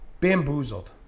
Bamboozled